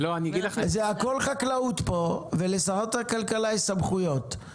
זה הכל חקלאות פה ולשרת הכלכלה יש סמכויות,